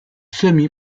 semi